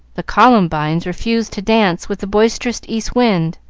the columbines refused to dance with the boisterous east wind,